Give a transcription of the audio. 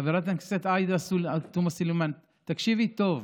חברת הכנסת עאידה תומא סלימאן, תקשיבי טוב: